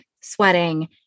sweating